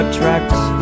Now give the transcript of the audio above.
tracks